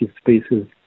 spaces